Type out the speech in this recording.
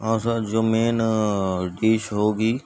ہاں سر جو main dish ہوگی